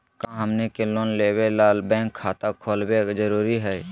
का हमनी के लोन लेबे ला बैंक खाता खोलबे जरुरी हई?